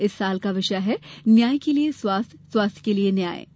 इस वर्ष का विषय है न्याय के लिए स्वास्थ्य स्वास्थ्य के लिए न्याय